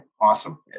Awesome